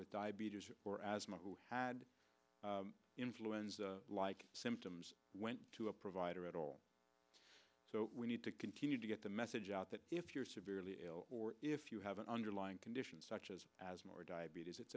with diabetes or asthma who had influenza like symptoms went to a provider at all so we need to continue to get the message out that if you're severely ill or if you have an underlying condition such as asthma or diabetes it's